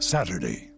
Saturday